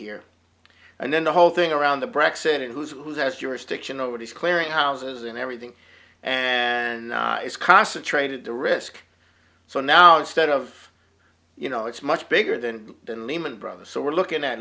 here and then the whole thing around the brac said who's who's as you're stiction over these clearing houses and everything and it's concentrated the risk so now instead of you know it's much bigger than the lehman brothers so we're looking at